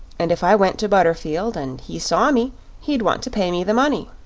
and if i went to butterfield and he saw me he'd want to pay me the money.